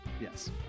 yes